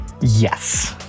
Yes